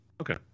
Okay